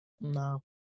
no